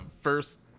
first